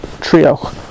trio